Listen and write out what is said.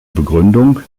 begründung